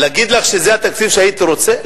להגיד לך שזה התקציב שהייתי רוצה?